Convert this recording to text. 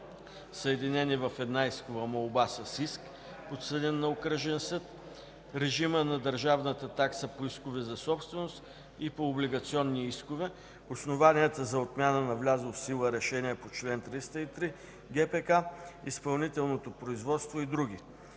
съединени в една искова молба с иск, подсъден на окръжен съд, режима на държавната такса по искове за собственост и по облигационни искове, основанията за отмяна на влязло в сила решение по чл. 303 от ГПК, изпълнителното производство и други.